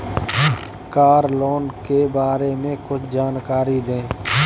Car loan के बारे में कुछ जानकारी दें?